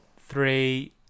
three